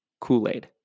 Kool-Aid